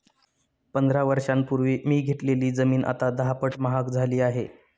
पंधरा वर्षांपूर्वी मी घेतलेली जमीन आता दहापट महाग झाली आहे